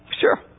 sure